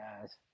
guys